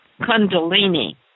Kundalini